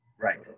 Right